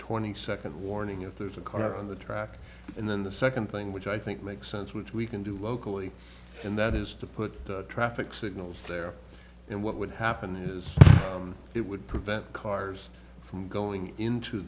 twenty second warning if there's a car on the track and then the second thing which i think makes sense which we can do locally and that is to put traffic signals there and what would happen is it would prevent cars from going into